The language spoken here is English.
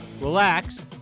relax